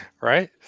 Right